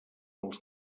els